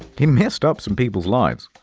he messed up some people's lives,